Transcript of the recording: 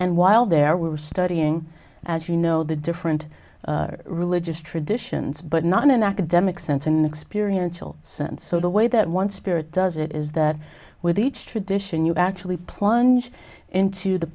while there were studying as you know the different religious traditions but not in an academic sense and experience all sense so the way that one spirit does it is that with each tradition you actually plunge into the